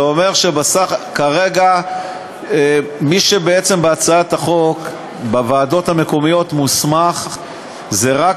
זה אומר שכרגע מי שבעצם בהצעת החוק מוסמך בוועדות המקומיות זה רק